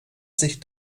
sich